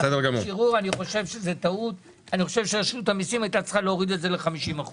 לדעתי זו טעות ורשות המסים הייתה צריכה להוריד את זה ל-50%.